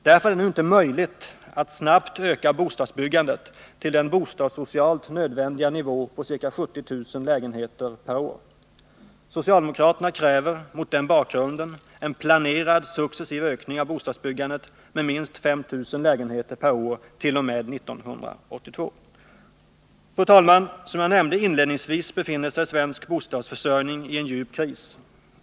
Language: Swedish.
Därför är det nu inte möjligt att snabbt öka bostadsbyggandet till den bostadssocialt nödvändiga nivån på ca 70 000 lägenheter per år. Socialdemokraterna kräver mot den bakgrunden en planerad successiv ökning av bostadsbyggandet med minst 5 000 lägenheter per år t.o.m. 1982. Fru talman! Som jag nämnde inledningsvis befinner sig svensk bostadsförsörjning i en djup kris.